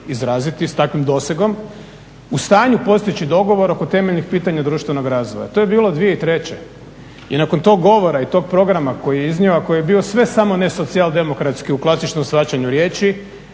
izraziti s takvim dosegom u stanju postići dogovor oko temeljnih pitanja društvenog razvoja. To je bilo 2003.i nakon tog govora i tog programa koji je iznio, a koji je bio sve samo ne socijaldemokratski u klasičnom shvaćanju riječi,